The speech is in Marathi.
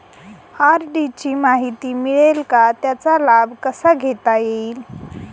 आर.डी ची माहिती मिळेल का, त्याचा लाभ कसा घेता येईल?